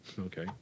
Okay